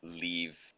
leave